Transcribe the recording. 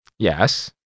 Yes